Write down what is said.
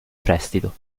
prestito